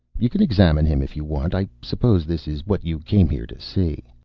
you can examine him, if you want. i suppose this is what you came here to see.